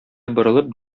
борылып